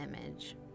image